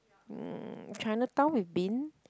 mm Chinatown we've been